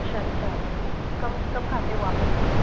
अच्छा अच्छा कम कम खाते हो आप मिर्ची